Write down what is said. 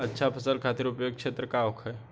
अच्छा फसल खातिर उपयुक्त क्षेत्र का होखे?